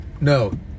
no